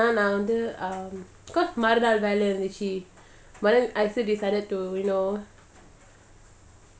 and then நான்வந்து:nan vandhu um cause மறுநாள்வேலஇருந்துச்சு:marunal vela irunthuchu but then I still decided to you know